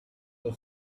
the